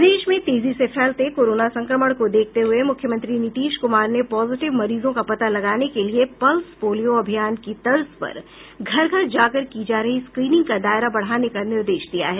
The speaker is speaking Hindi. प्रदेश में तेजी से फैलते कोरोना संक्रमण को देखते हुए मुख्यमंत्री नीतीश कुमार ने पॉजिटिव मरीजों का पता लगाने के लिए पल्स पोलियो अभियान की तर्ज पर घर घर जाकर की जा रही स्क्रीनिंग का दायरा बढ़ाने का निर्देश दिया है